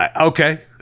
Okay